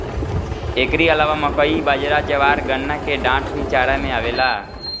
एकरी अलावा मकई, बजरा, ज्वार, गन्ना के डाठ भी चारा में आवेला